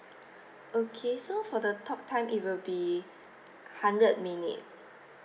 okay so for the talk time it will be hundred minute